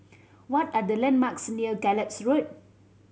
what are the landmarks near Gallop Road